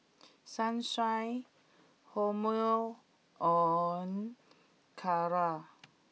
Sunshine Hormel on Kara